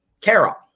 Carol